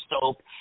soap